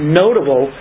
notable